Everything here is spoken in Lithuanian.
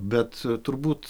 bet turbūt